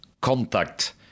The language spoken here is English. contact